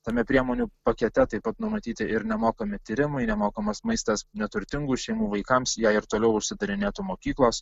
tame priemonių pakete taip pat numatyti ir nemokami tyrimai nemokamas maistas neturtingų šeimų vaikams jei ir toliau užsidarinėtų mokyklos